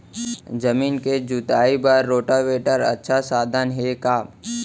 जमीन के जुताई बर रोटोवेटर अच्छा साधन हे का?